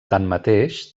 tanmateix